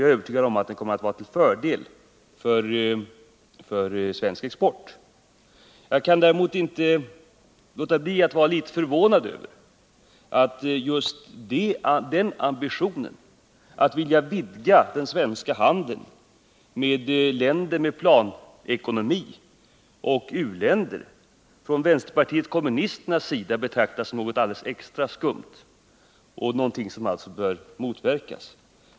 Jag är övertygad om att förslaget är till fördel för svensk export. Jag kan däremot inte låta bli att vara litet förvånad över att just den ambitionen — att vilja vidga den svenska handeln med länder med planekonomi och u-länder — från vänsterpartiet kommunisternas sida betraktas som något alldeles extra motbjudande, som därför bör motverkas.